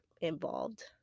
involved